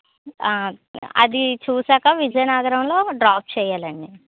అది చూశాక విజయనగరంలో డ్రాప్ చేయ్యాలండీ